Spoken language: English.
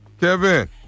Kevin